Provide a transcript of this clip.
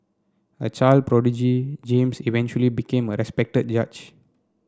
a child prodigy James eventually became a respected judge